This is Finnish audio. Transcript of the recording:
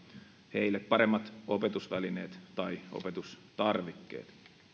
heille paremmat opetusvälineet tai opetustarvikkeet